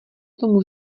tomu